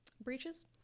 breaches